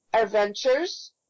Adventures